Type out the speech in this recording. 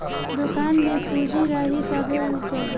दुकान में पूंजी रही तबे उ चली